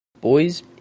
Boys